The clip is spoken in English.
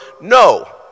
No